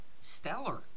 stellar